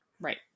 Right